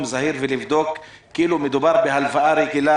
זהיר ולבדוק כאילו מדובר בהלוואה רגילה,